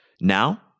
Now